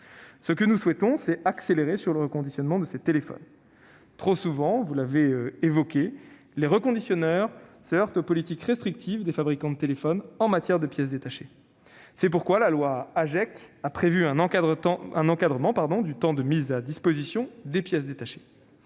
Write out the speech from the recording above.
Ce que nous souhaitons, c'est accélérer sur le reconditionnement de ces téléphones. Trop souvent- vous l'avez dit -, les reconditionneurs se heurtent aux politiques restrictives des fabricants de téléphones en matière de pièces détachées. C'est pourquoi la loi AGEC a prévu un encadrement du temps de mise à disposition desdites pièces.